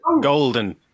Golden